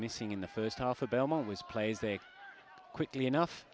missing in the first half of belmont was plays there quickly enough